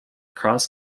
cross